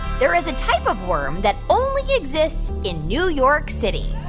there is a type of worm that only exists in new york city?